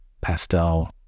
pastel